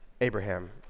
Abraham